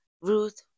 Ruth